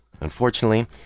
Unfortunately